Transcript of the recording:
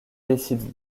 décide